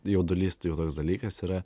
jaudulys tai jau toks dalykas yra